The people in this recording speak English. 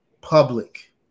public